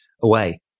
away